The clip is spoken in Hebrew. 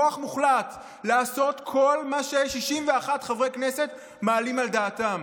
כוח מוחלט לעשות כל מה ש-61 חברי כנסת מעלים על דעתם.